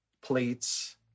plates